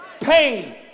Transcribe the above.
Pain